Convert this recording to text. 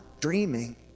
dreaming